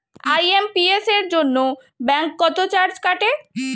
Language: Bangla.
আই.এম.পি.এস এর জন্য ব্যাংক কত চার্জ কাটে?